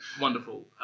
Wonderful